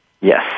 Yes